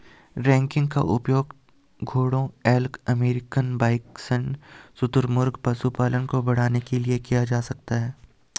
ranking का उपयोग घोड़ों एल्क अमेरिकन बाइसन शुतुरमुर्ग पशुधन को बढ़ाने के लिए किया जाता है